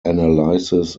analysis